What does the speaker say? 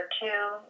two